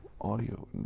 audio